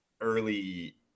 early